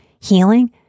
healing